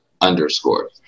underscore